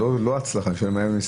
לא הצלחה, אני שואל אם היו ניסיונות.